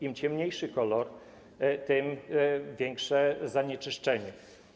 Im ciemniejszy kolor, tym większe zanieczyszczenie.